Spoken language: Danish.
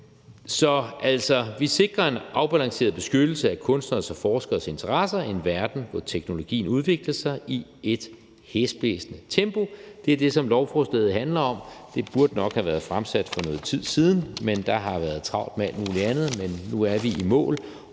Så vi sikrer altså en afbalanceret beskyttelse af kunstneres og forskeres interesser i en verden, hvor teknologien udvikler sig i et hæsblæsende tempo. Det er det, som lovforslaget handler om. Det burde nok have været fremsat for noget tid siden, men der har været travlt med alt muligt andet. Men nu er vi i mål,